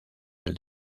del